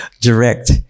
direct